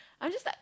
I was just like